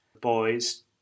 boys